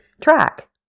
track